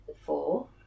four